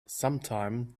sometime